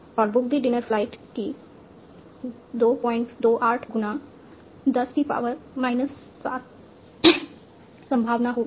और book the dinner flight की 228 10 7 संभावना होगी